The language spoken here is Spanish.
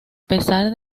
pesar